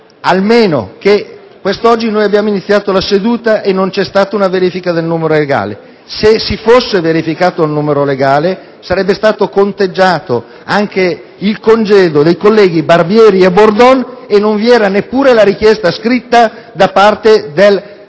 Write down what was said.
preciso. Quest'oggi abbiamo iniziato la seduta senza una verifica del numero legale. Se si fosse verificato il numero legale, sarebbe stato conteggiato anche il congedo dei colleghi Barbieri e Bordon, senza che vi fosse neppure la richiesta scritta da parte del Gruppo.